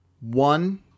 One